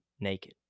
naked